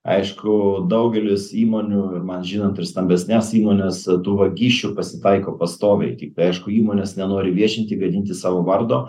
aišku daugelis įmonių ir man žinant ir stambesnes įmones tų vagysčių pasitaiko pastoviai tiktai aišku įmonės nenori viešinti gadinti savo vardo